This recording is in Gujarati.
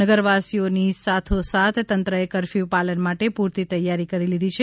નગરવાસીઓની સાથોસાથ તંત્રએ કરફ્યુ પાલન માટે પૂરતી તૈયારી કરી લીધી છે